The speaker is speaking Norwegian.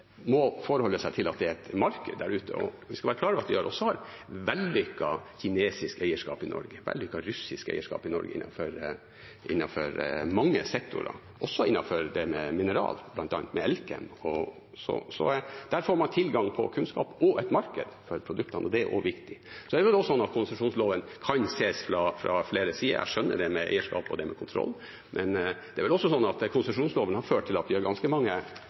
et marked der ute. Vi skal være klar over at vi har vellykket kinesisk eierskap i Norge og vellykket russisk eierskap i Norge innenfor mange sektorer, også innenfor mineraler, bl.a. med Elkem. Der får man tilgang på kunnskap og et marked for produktene, og det er også viktig. Konsesjonslovene kan ses fra flere sider. Jeg skjønner det med eierskap og kontroll, men det er vel også sånn at konsesjonslovene har ført til at vi har ganske mange